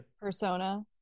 persona